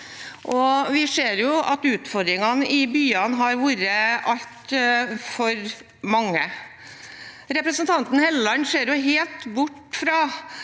Vi ser jo at utfordringene i byene har vært altfor mange. Representanten Helleland ser helt bort fra